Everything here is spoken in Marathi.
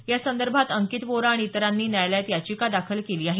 यासंदर्भात अंकित वोरा आणि इतरांनी न्यायालयात याचिका दाखल केली आहे